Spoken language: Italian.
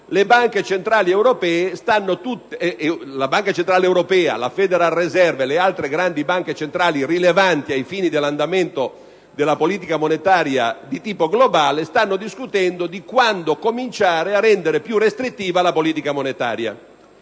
la Banca centrale europea, la *Federal Reserve* e le altre grandi banche centrali rilevanti ai fini dell'andamento della politica monetaria di tipo globale stanno discutendo su quando cominciare a rendere più restrittiva la politica monetaria.